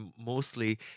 mostly